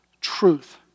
truth